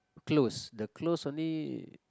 close the close only